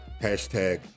hashtag